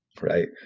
right